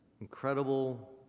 incredible